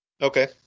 Okay